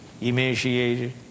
emaciated